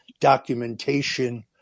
documentation